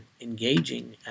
engaging